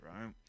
right